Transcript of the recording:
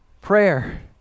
prayer